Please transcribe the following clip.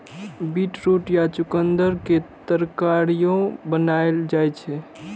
beetroot या चुकंदर के तरकारियो बनाएल जाइ छै